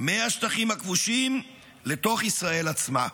מהשטחים הכבושים לתוך מדינת ישראל עצמה.